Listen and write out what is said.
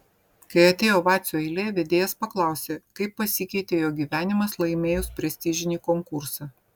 kai atėjo vacio eilė vedėjas paklausė kaip pasikeitė jo gyvenimas laimėjus prestižinį konkursą